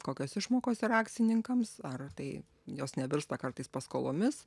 kokios išmokos yra akcininkams ar tai jos nevirsta kartais paskolomis